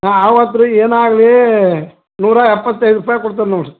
ಹಾಂ ಅವತ್ತು ರೀ ಏನೇ ಆಗ್ಲಿ ನೂರ ಎಪ್ಪತ್ತೈದು ರೂಪಾಯಿ ಕೊಡ್ತೇನೆ ನೋಡಿರಿ